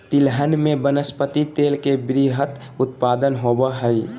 तिलहन में वनस्पति तेल के वृहत उत्पादन होबो हइ